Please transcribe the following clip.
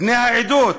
"בני העדות".